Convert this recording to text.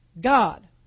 God